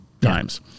times